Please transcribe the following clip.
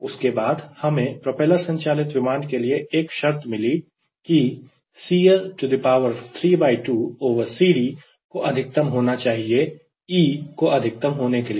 उसके बाद हमें प्रोपेलर संचालित विमान के लिए एक शर्त मिली की cL32CD को अधिकतम होना चाहिए E को अधिकतम होने के लिए